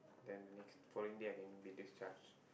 then the next following day I can be discharged